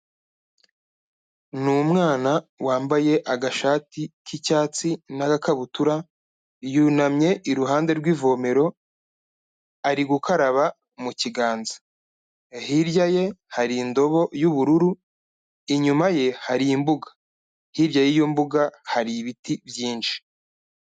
Ni umwana wambaye agashati k'icyatsi n'agakabutura, yunamye iruhande rw'ivomero, ari gukaraba mu kiganza. Hirya ye hari indobo y'ubururu, inyuma ye hari imbuga. Hirya y'iyo mbuga hari ibiti byinshi.